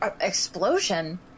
explosion